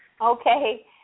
Okay